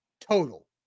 total